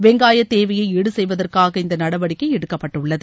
வெங்காய தேவையை ஈடுசெய்வதற்காக இந்த நடவடிக்கை எடுக்கப்பட்டுள்ளது